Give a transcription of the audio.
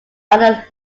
under